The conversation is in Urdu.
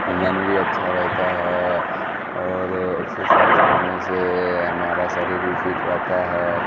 من بھی اچھا رہتا ہے اور ایکسرسائز کرنے سے ہمارا شریر بھی فٹ رہتا ہے